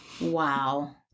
Wow